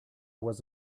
was